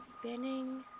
spinning